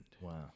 Wow